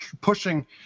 pushing